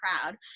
proud